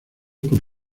por